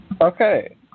Okay